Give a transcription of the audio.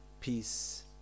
peace